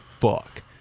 fuck